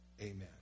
Amen